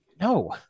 No